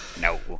No